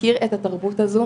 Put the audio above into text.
תכיר את התרבות הזו,